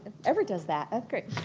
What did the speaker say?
ever does that.